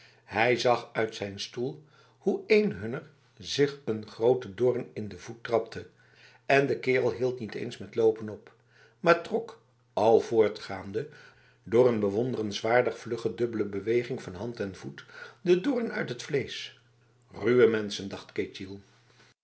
hij zag uit zijn stoel hoe een hunner zich een grote doorn in de voet trapte en de kerel hield niet eens met lopen op maar trok al voortgaande door een bewonderenswaardig vlugge dubbele beweging van hand en voet de doorn uit het vlees ruwe mensen dacht